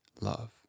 love